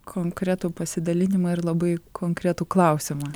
konkretų pasidalinimą ir labai konkretų klausimą